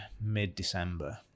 mid-december